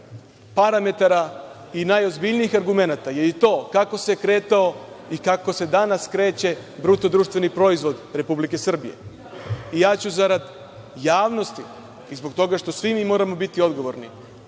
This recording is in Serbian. parametara i najozbiljnijih argumenata je i to kako se kretao i kako se danas kreće BDP Republike Srbije i ja ću zarad javnosti i zbog toga što svi mi moramo biti odgovorni